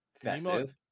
festive